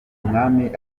umwami